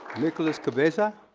nicolas cabeza.